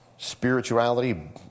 spirituality